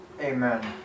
Amen